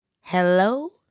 Hello